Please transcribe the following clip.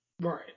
Right